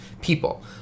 people